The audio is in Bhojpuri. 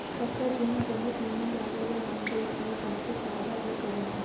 कच्चा झींगा बहुत नीमन लागेला अउरी ई बहुते फायदा भी करेला